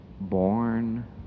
born